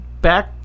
Back